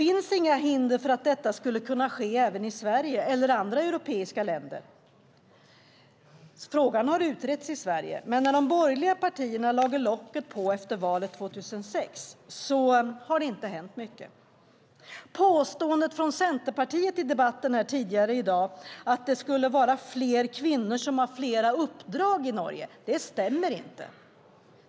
Inget hindrar att detta skulle kunna ske även i Sverige eller andra europeiska länder. Frågan har utretts i Sverige, men sedan de borgerliga partierna lade locket på efter valet 2006 har det inte hänt mycket. Centerpartiets påstående i dagens debatt att det skulle vara samma kvinnor som har flera uppdrag i Norge stämmer inte.